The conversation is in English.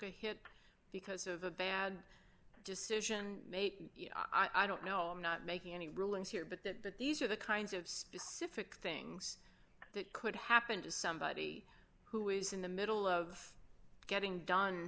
a hit because of a bad decision i don't know i'm not making any rulings here but that these are the kinds of specific things that could happen to somebody who is in the middle of getting done